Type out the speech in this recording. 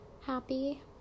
happy